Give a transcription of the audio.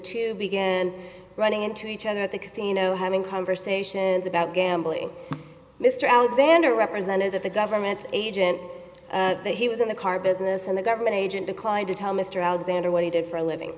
two began running into each other at the casino having conversations about gambling mr alexander represented that the government agent that he was in the car business and the government agent declined to tell mr alexander what he did for a living